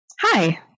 Hi